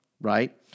right